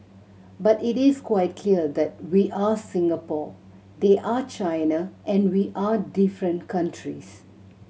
but it is quite clear that we are Singapore they are China and we are different countries